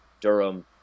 durham